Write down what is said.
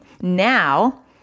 Now